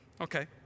Okay